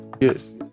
yes